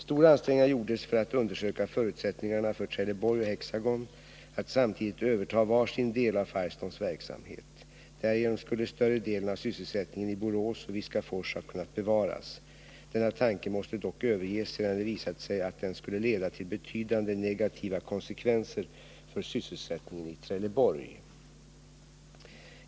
Stora ansträngningar gjordes för att undersöka förutsättningarna för Trelleborg och Hexagon att samtidigt överta var sin del av Firestones verksamhet. Därigenom skulle större delen av sysselsättningen i Borås och Viskafors ha kunnat bevaras. Denna tanke måste dock överges, sedan det visat sig att den skulle leda till betydande negativa konsekvenser för sysselsättningen i Trelleborg.